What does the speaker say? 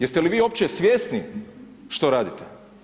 Jeste li vi uopće svjesni što radite?